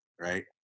right